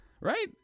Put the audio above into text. right